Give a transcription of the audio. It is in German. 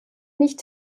nicht